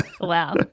Wow